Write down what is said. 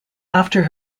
after